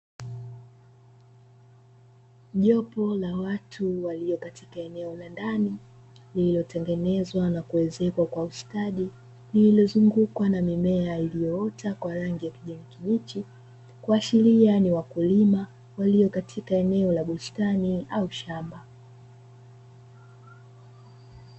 Jopo la watu walio katika eneo la ndani lililotengenezwa na kuezekwa kwa ustadi, lililozungukwa na mimea iliyoota kwa rangi ya kijani kibichi kuashiria ni wakulima walio katika eneo la bustani au shamba.